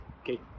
Okay